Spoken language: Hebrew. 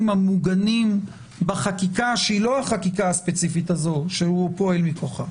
המוגנים בחקיקה שהיא לא החקיקה הספציפית הזאת שהוא פועל מכוחה,